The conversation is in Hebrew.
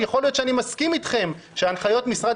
יכול להיות שאני מסכים אתכם שההנחיות משרד